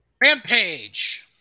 Rampage